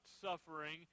suffering